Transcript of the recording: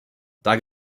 tak